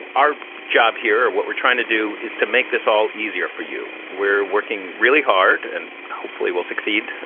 our job here, what we're trying to do is to make this all easier for you we're working really hard. and hopefully we'll succeed,